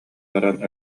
баран